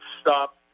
stop